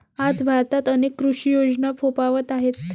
आज भारतात अनेक कृषी योजना फोफावत आहेत